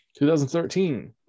2013